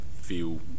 feel